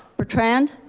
butrend.